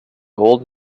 old